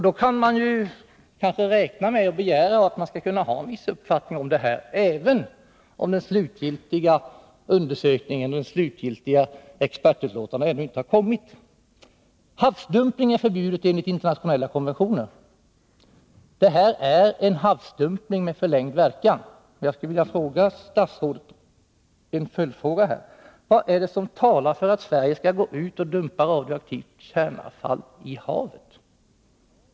Därför kan man begära att det bör finnas en viss uppfattning om detta, även om den slutgiltiga undersökningen och expertutlåtandena ännu inte har kommit. Havsdumpning är förbjuden enligt internationella konventioner. Detta är en havsdumpning med förlängd verkan. Jag skulle vilja ställa en följdfråga till statsrådet: Vad talar för att Sverige skall dumpa radioaktivt avfalli havet?